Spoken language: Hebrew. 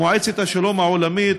מועצת השלום העולמי,